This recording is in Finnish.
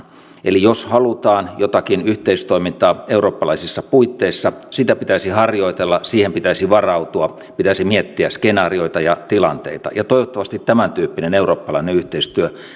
eli jos halutaan jotakin yhteistoimintaa eurooppalaisissa puitteissa sitä pitäisi harjoitella siihen pitäisi varautua pitäisi miettiä skenaarioita ja tilanteita ja toivottavasti tämän tyyppinen eurooppalainen yhteistyö